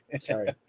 Sorry